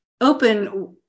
open